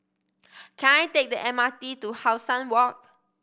can I take the M R T to How Sun Walk